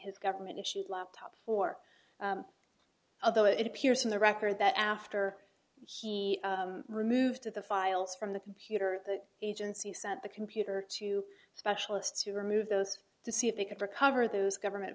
his government issued laptop or although it appears on the record that after he removed the files from the computer the agency sent the computer to specialists who removed those to see if they could recover those government